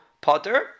potter